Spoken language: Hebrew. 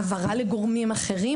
העברה לגורמים אחרים,